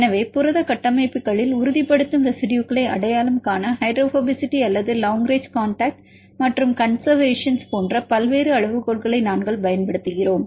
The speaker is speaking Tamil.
எனவே புரத கட்டமைப்புகளில் உறுதிப்படுத்தும் ரெசிடுயுகளை அடையாளம் காண ஹைட்ரோபோபசிட்டி அல்லது லாங் ரேஞ்சு கான்டக்ட் மற்றும் கான்செர்வசோன்ஸ் போன்ற பல்வேறு அளவுகோல்களை நாங்கள் பயன்படுத்துகிறோம்